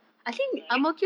why